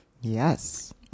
Yes